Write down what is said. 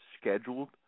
scheduled